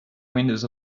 windows